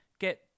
get